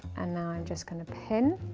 and now i'm just going to pin.